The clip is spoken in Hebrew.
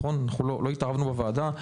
לא התערבנו בוועדה.